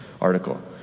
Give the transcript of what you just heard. article